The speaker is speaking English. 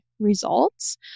results